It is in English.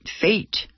fate